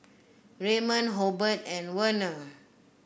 Raymon Hobert and Werner